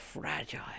fragile